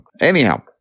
anyhow